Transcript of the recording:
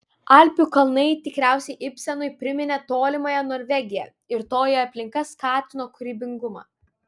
alpių kalnai tikriausiai ibsenui priminė tolimąją norvegiją ir toji aplinka skatino kūrybingumą